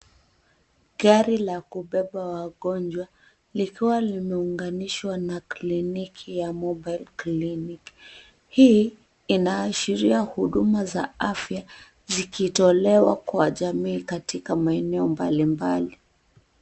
Gari la kubeba wagonjwa, likiwa limeunganishwa na kliniki ya mobile clinic. Hii inaashiria huduma za afya zikitolewa kwa jamii katika maeneo mbali mbali.